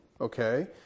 okay